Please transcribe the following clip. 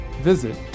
visit